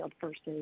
versus